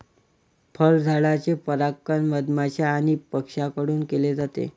फळझाडांचे परागण मधमाश्या आणि पक्ष्यांकडून केले जाते